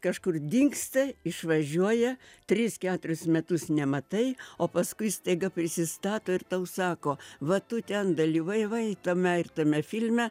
kažkur dingsta išvažiuoja tris keturis metus nematai o paskui staiga prisistato ir tau sako va tu ten dalyvavai tame ir tame filme